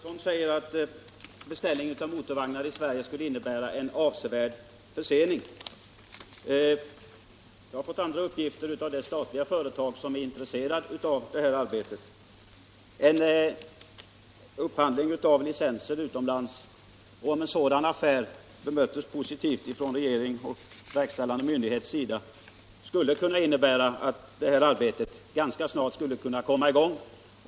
Herr talman! Kommunikationsminister Turesson säger att beställning av motorvagnar i Sverige skulle innebära en avsevärd försening. Jag har fått andra uppgifter av det statliga företag som är intresserat av detta arbete. Om tanken på en upphandling av licenser utomlands skulle bemötas positivt från regeringens och den verkställande myndighetens sida, skulle det kunna innebära att arbetet ganska snart kunde komma i gång.